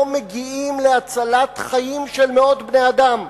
מגיעים להצלת חיים של מאות בני-אדם.